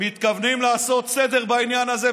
מתכוונים לעשות סדר בעניין הזה,